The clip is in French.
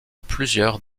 plusieurs